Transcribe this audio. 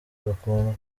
bakundwa